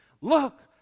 look